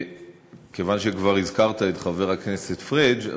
כיוון שכבר הזכרת את חבר הכנסת פריג',